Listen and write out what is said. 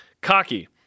Cocky